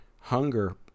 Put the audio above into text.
hunger